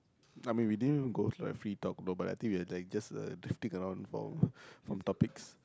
I mean we didn't even go through like free talk though but I think we are like just uh just stick around from from topics